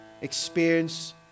experience